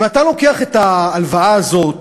אם אתה לוקח את ההלוואה הזאת,